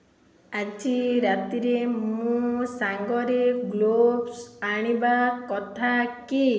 ଆଜି ରାତିରେ ମୁଁ ସାଙ୍ଗରେ ଗ୍ଲୋଭ୍ସ୍ ଆଣିବା କଥା କି